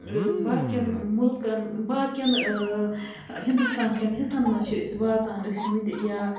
باقیَن مُلکَن باقیَن ہِنٛدُستان کٮ۪ن حصَن منٛز چھِ أسۍ واتان ٲسۍمٕتۍ یا